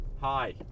Hi